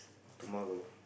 tomorrow